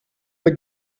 der